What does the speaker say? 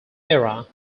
era